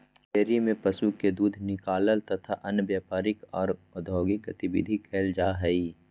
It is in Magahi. डेयरी में पशु के दूध निकालल तथा अन्य व्यापारिक आर औद्योगिक गतिविधि कईल जा हई